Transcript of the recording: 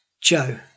Joe